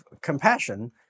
compassion